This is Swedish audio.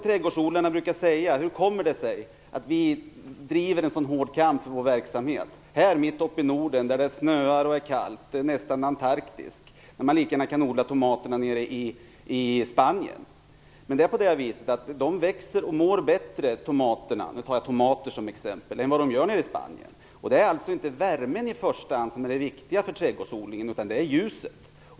Trädgårdsodlarna brukar fråga sig hur det kommer sig att de driver en så hård kamp för sin verksamhet här uppe i Norden där det snöar och är kallt - nästan som i Antarktis - när man lika gärna kan odla tomaterna nere i Spanien. Tomaterna mår och växer bättre här än vad de gör i Spanien. Det är alltså inte i första hand värmen som är det viktiga för trädgårdsodlingen utan det är ljuset.